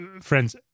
Friends